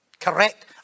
Correct